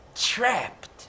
trapped